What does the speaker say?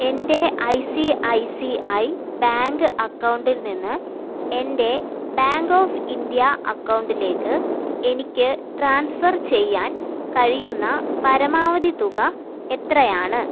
എൻ്റെ I C I C I bank അക്കൗണ്ടിൽ നിന്ന് എൻ്റെ ബാങ്ക് ഓഫ് ഇന്ത്യ അക്കൗണ്ടിലേക്ക് എനിക്ക് ട്രാൻസ്ഫർ ചെയ്യാൻ കഴിയുന്ന പരമാവധി തുക എത്രയാണ്